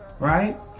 right